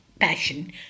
passion